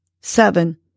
seven